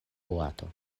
boato